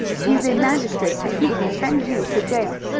he is a magistrate, and he can send you to jail.